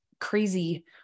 crazy